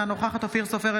אינה נוכחת אופיר סופר,